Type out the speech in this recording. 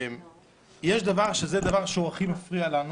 יש דבר שהכי מפריע לנו